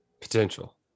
Potential